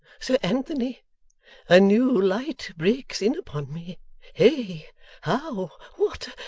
sir anthony a new light breaks in upon me hey how! what!